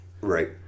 Right